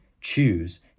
choose